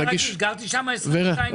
גרתי שם 22 שנה.